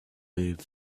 moved